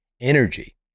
energy